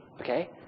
Okay